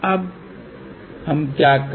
अब हम क्या करें